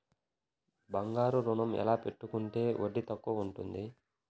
బంగారు ఋణం ఎలా పెట్టుకుంటే వడ్డీ తక్కువ ఉంటుంది?